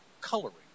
coloring